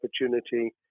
opportunity